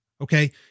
Okay